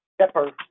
pepper